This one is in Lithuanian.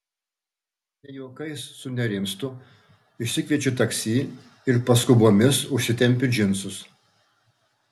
ne juokais sunerimstu išsikviečiu taksi ir paskubomis užsitempiu džinsus